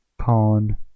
Pawn